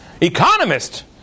economist